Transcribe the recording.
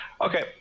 okay